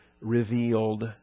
revealed